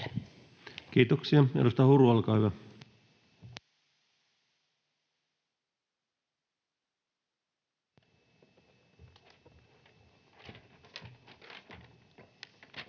Kiitoksia. — Edustaja Sirén, olkaa hyvä.